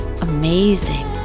Amazing